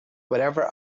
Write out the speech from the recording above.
whatever